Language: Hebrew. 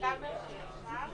את הסיפא,